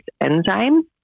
enzyme